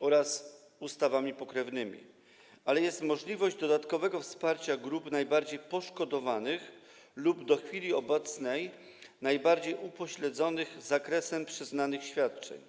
oraz ustawami pokrewnymi, ale jest możliwość dodatkowego wsparcia grup najbardziej poszkodowanych lub do chwili obecnej najbardziej upośledzonych w zakresie przyznanych świadczeń.